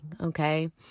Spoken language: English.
okay